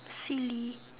silly